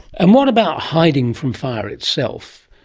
and what about hiding from fire itself?